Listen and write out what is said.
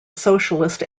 socialist